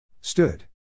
Stood